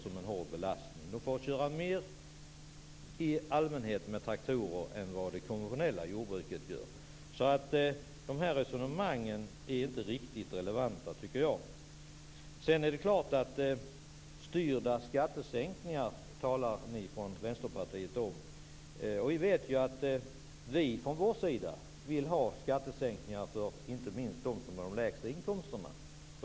I allmänhet får man köra med traktorer mer än som sker i det konventionella jordbruket. Därför tycker jag att resonemanget här inte är riktigt relevant. Ni i Vänsterpartiet talar om styrda skattesänkningar. Vi från vår sida vill ha skattesänkningar, inte minst för dem som har de lägsta inkomsterna.